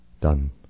done